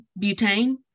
butane